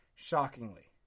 Shockingly